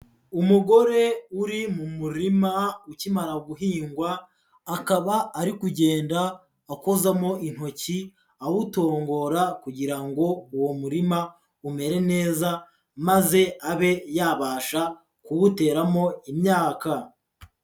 Umugore uri mu murima ukimara guhingwa, akaba ari kugenda akozamo intoki, awutongora kugira ngo uwo murima umere neza maze abe yabasha kuwuteramo imyaka.